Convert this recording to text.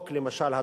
למשל,